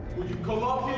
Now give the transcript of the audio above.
would you come up